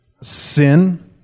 sin